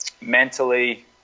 mentally